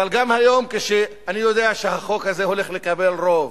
אבל גם היום, כשאני יודע שהחוק הזה הולך לקבל רוב,